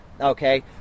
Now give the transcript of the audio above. okay